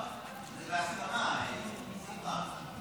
הצעת חוק תובענות ייצוגיות (תיקון,